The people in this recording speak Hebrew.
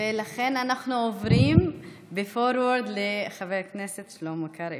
ולכן אנחנו עוברים ב-forward לחבר הכנסת שלמה קרעי.